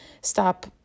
stop